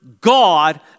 God